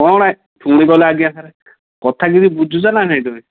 କ'ଣ ପୁଣି କହିଲ ଆଜ୍ଞା ସାର୍ କଥା କିଛି ବୁଝୁଛ ନା ନାଇଁ ତୁମେ